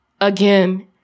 Again